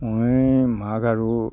মই মাঘ আৰু